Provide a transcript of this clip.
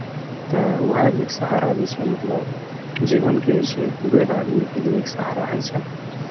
तऽ उएह एक सहारा जे छै मतलब जीवनके जे छै वृद्ध आदमीके लिए एक सहारा होइ छै